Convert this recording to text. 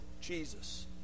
Jesus